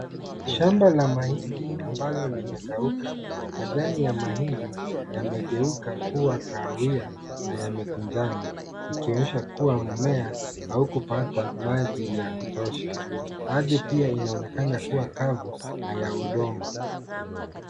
Shamba la mahindi ambalo limekauka. Majani ya mahindi yamegeuka kuwa kahawia na yamekunjana kumaanisha kuwa mmea haukupata maji ya kutosha. Maji pia yanaonekana kuwa na kavu na ya udongo.